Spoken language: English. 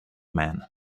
man